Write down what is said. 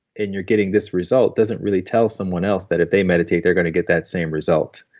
and you're getting this result doesn't really tell someone else that if they meditation they're going to get that same result.